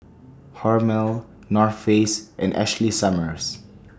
Hormel North Face and Ashley Summers